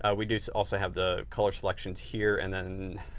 ah we do also have the color selections here and then